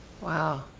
Wow